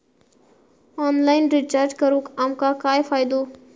Online recharge करून आमका काय फायदो?